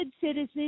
citizen